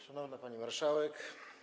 Szanowna Pani Marszałek!